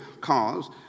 cause